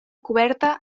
coberta